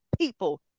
people